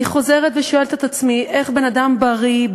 ואני חוזרת ושואלת את עצמי: איך בן-אדם בריא,